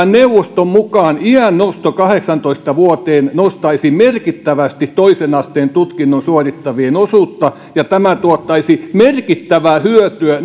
neuvoston mukaan iän nosto kahdeksaantoista vuoteen nostaisi merkittävästi toisen asteen tutkinnon suorittavien osuutta ja tämä tuottaisi merkittävää hyötyä